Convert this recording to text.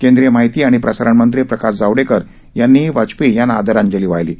केंद्रीय माहिती आणि प्रसारणमंत्री प्रकाश जावडेकर यांनीही वाजपेयी यांना आदरांजली वाहिली आहे